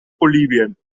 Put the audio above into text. bolivien